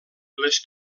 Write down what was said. les